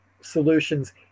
solutions